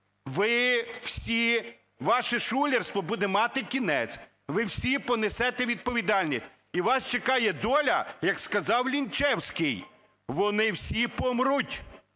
Ви всі, ваше шулерство буде мати кінець. Ви всі понесете відповідальність. І вас чекає доля, як сказав Лінчевський: "Вони всі помруть,